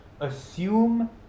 assume